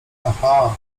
aha